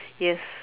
yes